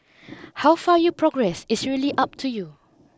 how far you progress is really up to you